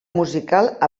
musical